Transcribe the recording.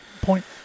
point